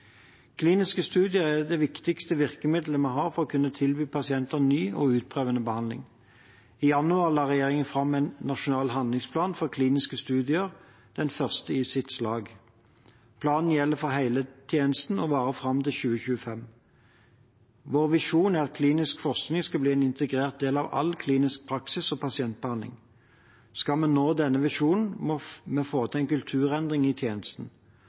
Kliniske studier er det viktigste virkemiddelet vi har for å kunne tilby pasienter ny og utprøvende behandling. I januar la regjeringen fram en nasjonal handlingsplan for kliniske studier, den første i sitt slag. Planen gjelder for hele tjenesten og varer fram til 2025. Vår visjon er at klinisk forskning skal bli en integrert del av all klinisk praksis og pasientbehandling. Skal vi nå denne visjonen, må vi få til en kulturendring i tjenesten.